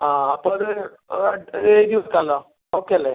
ആ അപ്പോൾ അത് ആ എഴുതി വെക്കാലോ ഓക്കെ അല്ലേ